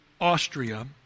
Austria